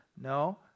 no